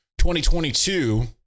2022